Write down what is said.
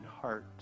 heart